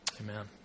Amen